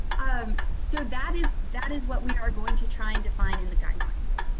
um so, that is that is what we are going to try and define in the guidelines.